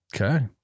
Okay